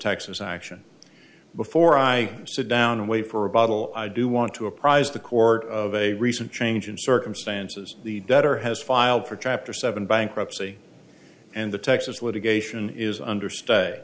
texas action before i sit down and wait for a bottle i do want to apprised the court of a recent change in circumstances the debtor has filed for chapter seven bankruptcy and the texas litigation is under stay